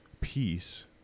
peace